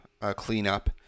cleanup